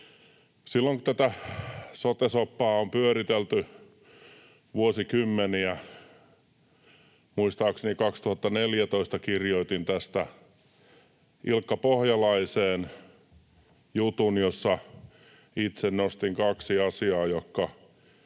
eväitä. Tätä sote-soppaa on pyöritelty vuosikymmeniä. Muistaakseni 2014 kirjoitin tästä Ilkka-Pohjalaiseen jutun, jossa itse nostin kaksi asiaa, jotka